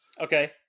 Okay